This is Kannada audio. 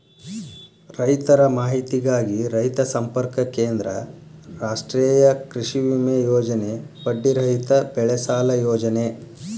ರೈತರ ಮಾಹಿತಿಗಾಗಿ ರೈತ ಸಂಪರ್ಕ ಕೇಂದ್ರ, ರಾಷ್ಟ್ರೇಯ ಕೃಷಿವಿಮೆ ಯೋಜನೆ, ಬಡ್ಡಿ ರಹಿತ ಬೆಳೆಸಾಲ ಯೋಜನೆ